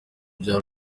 bya